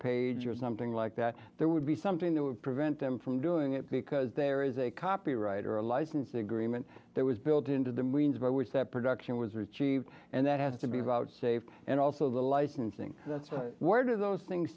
page or something like that there would be something that would prevent them from doing it because there is a copyright or a license agreement that was built into the means by which that production was received and that has to be about safety and also the licensing that's where do those things